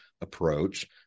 approach